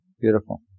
Beautiful